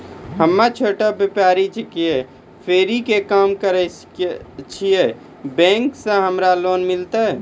हम्मे छोटा व्यपारी छिकौं, फेरी के काम करे छियै, बैंक से हमरा लोन मिलतै?